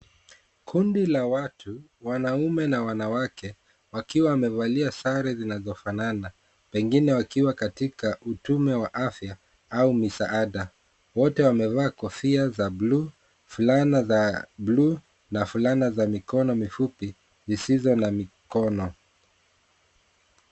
Kundi la watu wanaume na wanawake wakiwa wamevalia sare zinazofanana, pengine wakiwa katika utume wa afya au misaada wote wamevaa kofia za buluu, fulana za buluu na fulana za mikono mifupi zizizo na mikono.